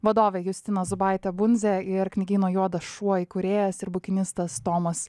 vadovė justina zubaitė bunzė ir knygyno juodas šuo įkūrėjas ir bukinistas tomas